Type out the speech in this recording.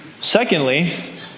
Secondly